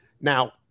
Now